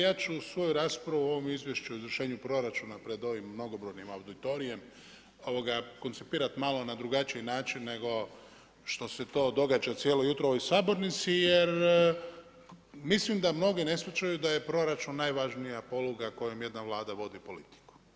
Ja ću svoju raspravu o ovom izvješću o izvršenju proračuna pred ovim mnogobrojnim auditorijem koncipirati malo na drugačiji način nego što se to događa cijelo jutro u ovoj sabornici jer mislim da mnogi ne shvaćaju da je proračun najvažnija poluga kojom jedna vlada vodi politiku.